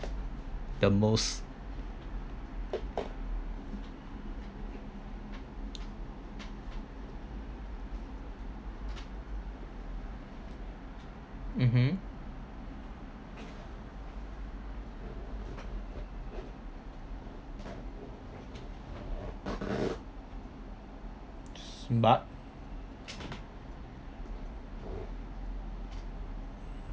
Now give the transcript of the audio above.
the most mmhmm smart